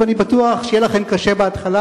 ואני בטוח שיהיה לכם קשה בהתחלה,